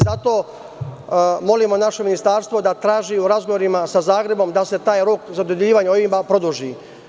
Zato molimo naše ministarstvo da traži u razgovorima sa Zagrebom da se taj rok za dodeljivanje OIB produži.